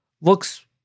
looks